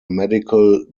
medical